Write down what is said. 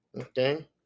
okay